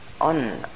on